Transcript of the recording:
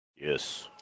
Yes